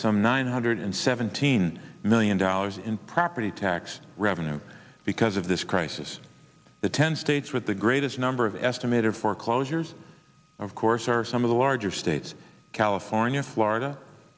nine hundred seventeen million dollars in property tax revenue because of this crisis the ten states with the greatest number of estimated foreclosures of course or some of the larger states california florida